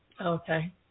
Okay